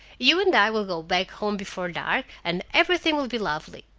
you and i will go back home before dark, and everything will be lovely.